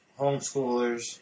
homeschoolers